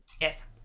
Yes